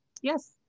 Yes